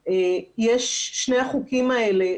שני החוקים האלה,